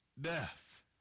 Death